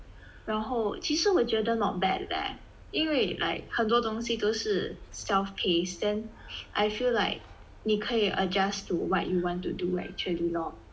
然后其实我觉得 not bad leh 因为 like 很多东西都是 self paced then I feel like 你可以 adjust to what you want to do actually lor